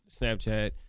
Snapchat